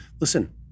listen